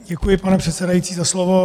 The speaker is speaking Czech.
Děkuji, pane předsedající za slovo.